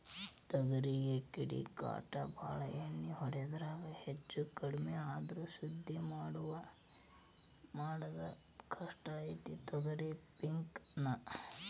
ತೊಗರಿಗೆ ಕೇಡಿಕಾಟ ಬಾಳ ಎಣ್ಣಿ ಹೊಡಿದ್ರಾಗ ಹೆಚ್ಚಕಡ್ಮಿ ಆದ್ರ ಸುದ್ದ ಮಾಡುದ ಕಷ್ಟ ಐತಿ ತೊಗರಿ ಪಿಕ್ ನಾ